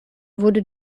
wurde